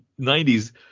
90s